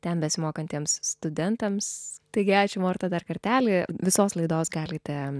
ten besimokantiems studentams taigi ačiū marta dar kartelį visos laidos galite